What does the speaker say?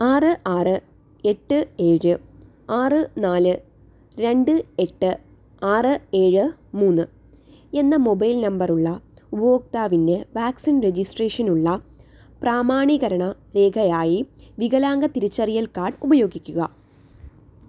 ആറ് ആറ് എട്ട് ഏഴ് ആറ് നാല് രണ്ട് എട്ട് ആറ് ഏഴ് മൂന്ന് എന്ന മൊബൈൽ നമ്പറുള്ള ഉപപോക്താവിൻ്റെ വാക്സിൻ രജിസ്ട്രേഷനുള്ള പ്രാമാണീകരണ രേഖയായി വികലാംഗ തിരിച്ചറിയൽ കാർഡ് ഉപയോഗിക്കുക